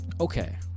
Okay